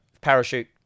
Parachute